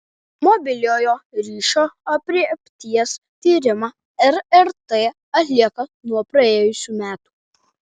mobiliojo ryšio aprėpties tyrimą rrt atlieka nuo praėjusių metų